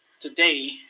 today